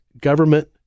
government